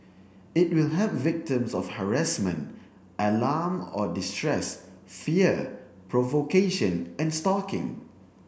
it will help victims of harassment alarm or distress fear provocation and stalking